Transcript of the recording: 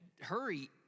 hurry